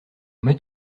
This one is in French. met